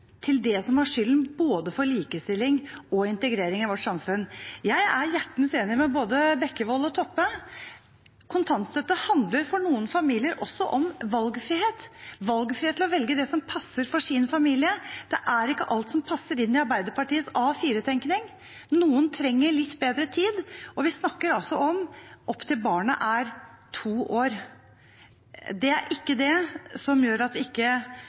til det som har skylden for utfordringer knyttet til både likestilling og integrering i vårt samfunn. Jeg er hjertens enig med både representanten Bekkevold og representanten Toppe – kontantstøtte handler for noen familier også om valgfrihet, valgfrihet til å velge det som passer for sin familie. Det er ikke alt som passer inn i Arbeiderpartiets A4-tenkning. Noen trenger litt bedre tid. Og vi snakker altså om opp til barnet er to år. Det er ikke det som gjør at vi ikke